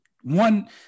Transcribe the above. one –